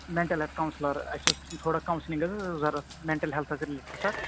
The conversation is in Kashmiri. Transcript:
مٮ۪نٹَل ہٮ۪لٕتھ کونٛسٕلَر اَسہِ اوس تھوڑا کونٛسٕلِنٛگ حظ ضوٚرَتھ مٮ۪نٹَل ہٮ۪لتھَس رِلیٹِڈ سَر